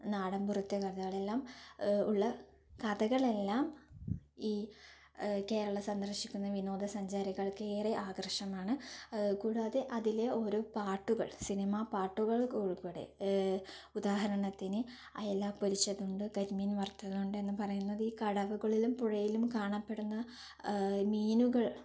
നാടൻ പുറത്തെ കഥകൾ എല്ലാം ഉള്ള കഥകൾ എല്ലാം ഈ കേരളം സന്ദർശിക്കുന്ന വിനോദസഞ്ചാരികൾക്ക് ഏറെ ആകർഷകമാണ് കൂടാതെ അതിലെ ഓരോ പാട്ടുകൾ സിനിമ പാട്ടുകൾ കൂ ഉൾപ്പടെ ഉദാഹരണത്തിന് അയല പൊരിച്ചതുണ്ട് കരിമീൻ വറുത്തതുണ്ട് എന്ന് പറയുന്നത് ഈ കടവുകളിലും പുഴയിലും കാണപ്പെടുന്ന മീനുകൾ